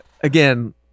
again